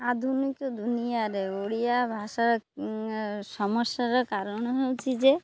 ଆଧୁନିକ ଦୁନିଆରେ ଓଡ଼ିଆ ଭାଷା ସମସ୍ୟାର କାରଣ ହେଉଛି ଯେ